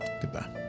Goodbye